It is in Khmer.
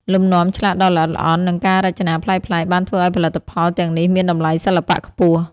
លំនាំឆ្លាក់ដ៏ល្អិតល្អន់ និងការរចនាប្លែកៗបានធ្វើឱ្យផលិតផលទាំងនេះមានតម្លៃសិល្បៈខ្ពស់។